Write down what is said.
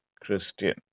Christian